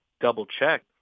double-check